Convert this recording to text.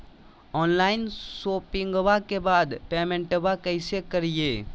Online शोपिंग्बा के बाद पेमेंटबा कैसे करीय?